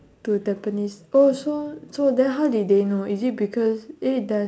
to tampines oh so so then how did they know is it because is it there's